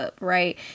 right